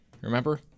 remember